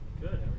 Good